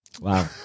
Wow